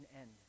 end